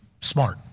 Smart